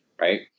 right